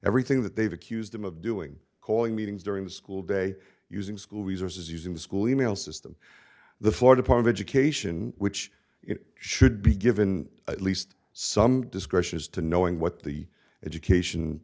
everything that they've accused him of doing calling meetings during the school day using school resources using the school email system the florida part of education which it should be given at least some discretion as to knowing what the education